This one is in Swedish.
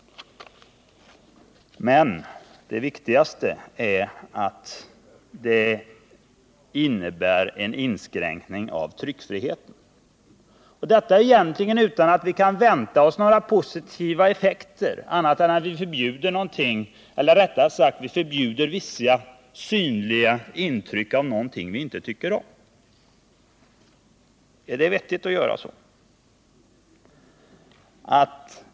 Men det viktigaste är att ett förbud innebär en inskränkning av tryckfriheten — och detta egentligen utan att vi kan vänta oss någon positiv effekt annat än ett förbud mot vissa synliga intryck av någonting vi inte tycker om. Är det vettigt att göra så?